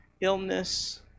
illness